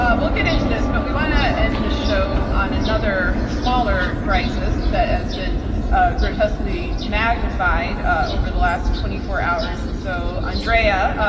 um we'll get into this but we want to end the show on another smaller crisis that has been ah grotesquely magnified ah over the last twenty four hours and so, andrea,